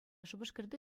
шупашкарти